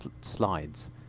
slides